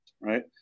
right